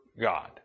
God